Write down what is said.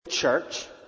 church